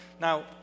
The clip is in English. Now